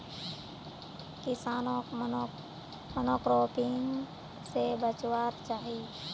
किसानोक मोनोक्रॉपिंग से बचवार चाही